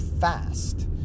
fast